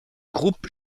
groupe